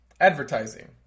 advertising